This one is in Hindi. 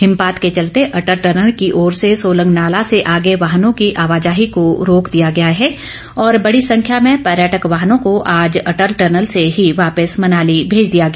हिमपात के चलते अटल टनल की ओर सोलंग नाला से आगे वाहनों की आवाजाही को रोक दिया गया है और बड़ी सख्यां में पर्यटन वाहनों को आज अटल टनल से ही वापस मनाली भेज दिया गया